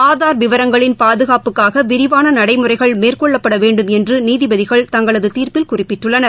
ஆதார் விவரங்களின் பாதுகாப்புக்காக விரிவான நடைமுறைகள் மேற்கொள்ளப்பட வேண்டும் என்று நீதிபதிகள் தங்களது தீர்ப்பில் குறிப்பிட்டுள்ளனர்